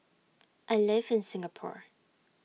I live in Singapore